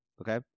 Okay